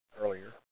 earlier